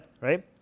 right